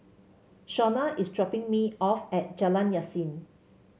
Shonna is dropping me off at Jalan Yasin